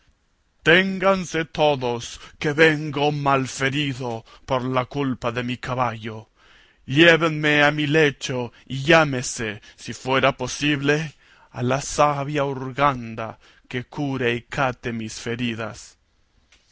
vengo malferido por la culpa de mi caballo llévenme a mi lecho y llámese si fuere posible a la sabia urganda que cure y cate de mis feridas